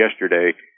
yesterday